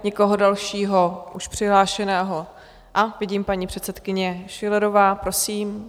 Nikoho dalšího už přihlášeného... a vidím, paní předsedkyně Schillerová, prosím.